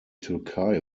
türkei